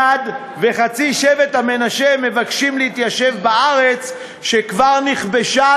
שבט גד וחצי שבט מנשה מבקשים להתיישב בארץ שכבר נכבשה,